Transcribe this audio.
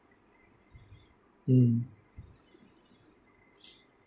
mm